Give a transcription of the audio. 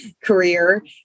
career